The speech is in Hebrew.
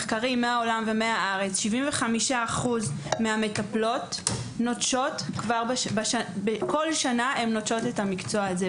מחקרים מהעולם ומהארץמראים: 75% מהמטפלות נוטשות כל שנה את המקצוע הזה.